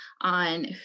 on